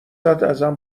ازم